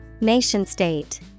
Nation-state